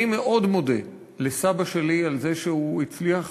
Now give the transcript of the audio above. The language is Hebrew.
אני מאוד מודה לסבא שלי על זה שהוא הצליח